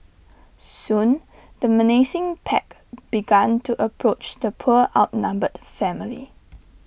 soon the menacing pack began to approach the poor outnumbered family